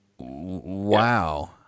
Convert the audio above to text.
Wow